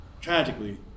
tragically